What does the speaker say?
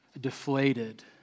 deflated